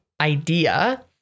idea